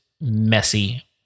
messy